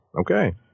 okay